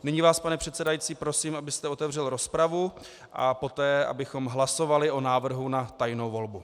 Nyní vás, pane předsedající, prosím, abyste otevřel rozpravu, a poté abychom hlasovali o návrhu na tajnou volbu.